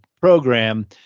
program